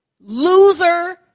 Loser